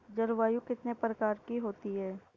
जलवायु कितने प्रकार की होती हैं?